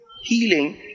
healing